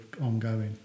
ongoing